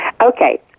Okay